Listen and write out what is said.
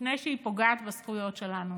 לפני שהיא פוגעת בזכויות שלנו.